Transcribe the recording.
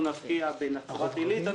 אנחנו נפקיע בנוף הגליל.